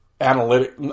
Analytic